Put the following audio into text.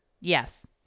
Yes